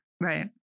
right